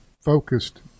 focused